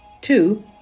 Two